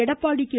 Edappadi K